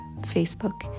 Facebook